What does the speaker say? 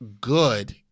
good